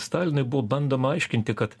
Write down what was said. stalinui buvo bandoma aiškinti kad